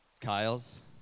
Kyles